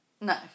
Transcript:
No